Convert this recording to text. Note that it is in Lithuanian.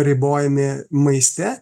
ribojami maiste